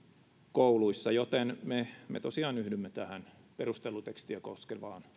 kouluissa joten me me tosiaan yhdymme tähän perustelutekstiä koskevaan